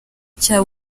cya